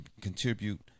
contribute